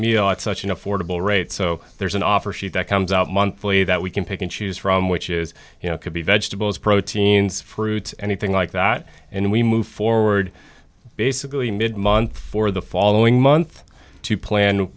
meal at such an affordable rate so there's an offer sheet that comes out monthly that we can pick and choose from which is you know could be vegetables proteins fruits anything like that and we move forward basically mid month for the following month to plan